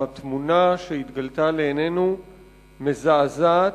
התמונה שהתגלתה לעינינו מזעזעת,